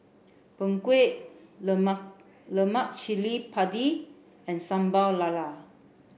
Png Kueh Lemak Cili Padi and Sambal Lala